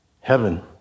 heaven